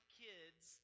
kids